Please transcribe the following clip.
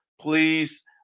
please